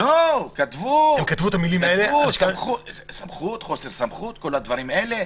לא, הם כתבו "חוסר סמכות" וכל הדברים האלה.